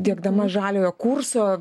diegdama žaliojo kurso